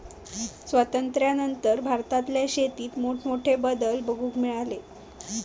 स्वातंत्र्यानंतर भारतातल्या शेतीत मोठमोठे बदल बघूक मिळाले